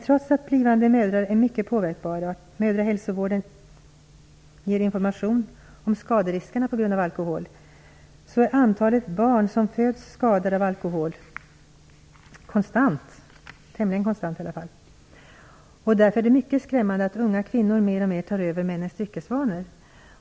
Trots att blivande mödrar är mycket påverkbara och att mödrahälsovården ger information om skaderiskerna på grund av alkohol är antalet barn som föds skadade av alkohol tämligen konstant. Därför är det mycket skrämmande att unga kvinnor mer och mer tar över männens dryckesvanor.